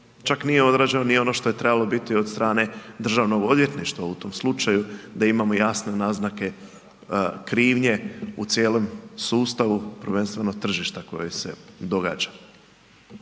čak nije odrađeno ni ono što je trebalo biti od strane državnog odvjetništva u tom slučaju da imamo jasne naznake krivnje u cijelom sustavu, prvenstveno tržišta koje se događa.